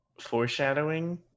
foreshadowing